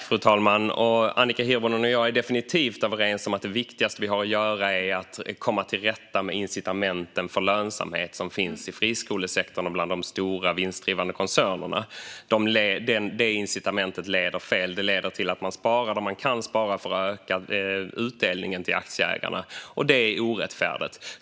Fru talman! Annika Hirvonen och jag är definitivt överens om att det viktigaste vi har att göra är att komma till rätta med incitamenten för lönsamhet som finns i friskolesektorn och bland de stora vinstdrivande koncernerna. De incitamenten leder fel och till att man sparar där man kan spara för att öka utdelningen till aktieägarna. Det är orättfärdigt.